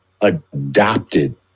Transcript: adopted